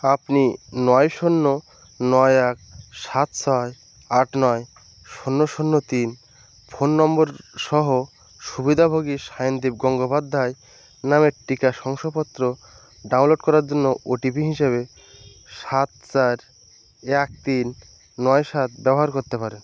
আপনি নয় শূন্য নয় এক সাত ছয় আট নয় শূন্য শূন্য তিন ফোন নম্বর সহ সুবিধাভোগী সায়নদীপ গঙ্গোপাধ্যায় নামের টিকা শংসাপত্র ডাউনলোড করার জন্য ওটিপি হিসাবে সাত চার এক তিন নয় সাত ব্যবহার করতে পারেন